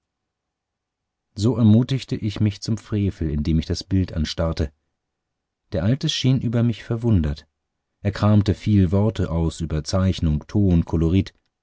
so ermutigte ich mich zum frevel indem ich das bild anstarrte der alte schien über mich verwundert er kramte viel worte aus über zeichnung ton kolorit